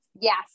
Yes